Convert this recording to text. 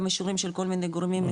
גם אישורים של כל מיני גורמים,